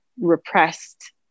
repressed